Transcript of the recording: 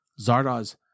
Zardoz